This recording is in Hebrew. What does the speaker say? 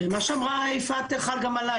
מה שאמרה יפעת חל גם עליי.